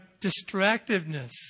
distractiveness